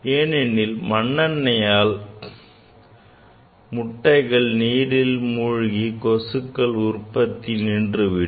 ஏனெனில் மண்ணெண்ணையால் முட்டைகள் நீரில் மூழ்கி கொசுக்கள் உற்பத்தி நின்றுவிடும்